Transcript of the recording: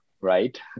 right